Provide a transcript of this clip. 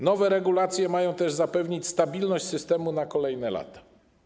Nowe regulacje mają też zapewnić stabilność systemu na kolejne lata.